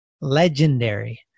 legendary